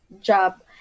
job